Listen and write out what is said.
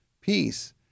peace